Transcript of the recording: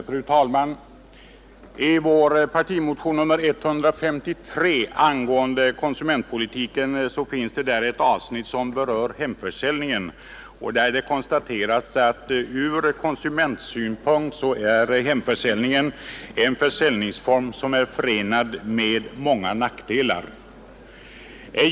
Fru talman! I vår partimotion nr 153 angående konsumentpolitiken finns ett avsnitt som berör hemförsäljningen och där det konstateras att hemförsäljningen från konsumentsynpunkt är en försäljningsform som är förenad med många nackdelar.